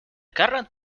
current